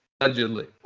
Allegedly